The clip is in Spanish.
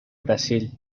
brasil